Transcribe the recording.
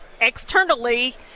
externally